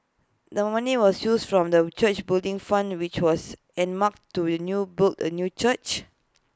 the money was used from the church's Building Fund which was earmarked to with A new boot A new church